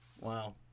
wow